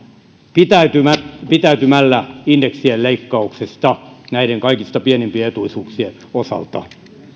pidättäytymällä pidättäytymällä indeksien leikkauksesta näiden kaikista pienimpien etuisuuksien osalta